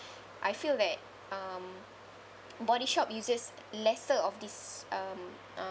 I feel that um Body Shop uses lesser of this um uh